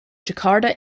jakarta